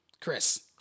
Chris